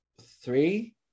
three